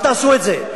אל תעשו את זה,